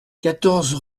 quatorze